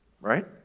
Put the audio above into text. Right